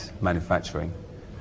manufacturing